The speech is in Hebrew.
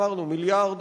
אמרנו מיליארד,